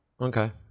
Okay